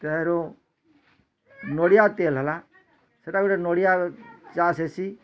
ତେରୁଁ ନଡ଼ିଆ ତେଲ୍ ହେଲା ସେଟା ବି ଗୁଟେ ନଡ଼ିଆ ଚାଷ୍ ହେସିଁ